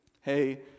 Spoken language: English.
Hey